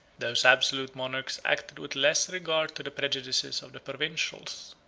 those absolute monarchs acted with less regard to the prejudices of the provincials.